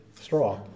straw